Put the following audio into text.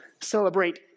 Celebrate